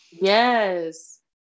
yes